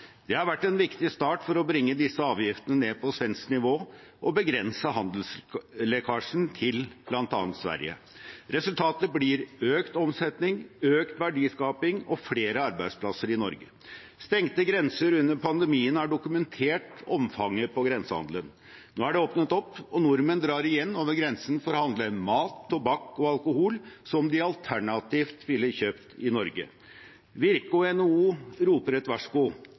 Det har vært en viktig start for å bringe disse avgiftene ned på svensk nivå og begrense handelslekkasjen til bl.a. Sverige. Resultatet blir økt omsetning, økt verdiskaping og flere arbeidsplasser i Norge. Stengte grenser under pandemien har dokumentert omfanget av grensehandelen. Nå er det åpnet opp, og nordmenn drar igjen over grensen for å handle inn mat, tobakk og alkohol, som de alternativt ville kjøpt i Norge. Virke og NHO roper et varsko,